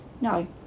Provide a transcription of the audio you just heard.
no